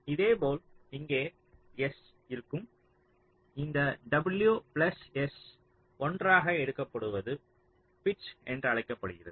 இதேபோல் இங்கே s இருக்கும் இந்த w பிளஸ் s ஒன்றாக எடுக்கப்படுவது பிட்ச் என்று அழைக்கப்படுகிறது